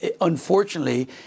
unfortunately